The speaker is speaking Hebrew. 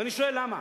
ואני שואל: למה,